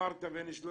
אמרת בין 300